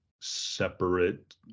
separate